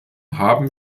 haben